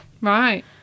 Right